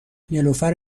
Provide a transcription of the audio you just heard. نیلوفر